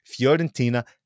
Fiorentina